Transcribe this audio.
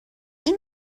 این